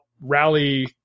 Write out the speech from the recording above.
rally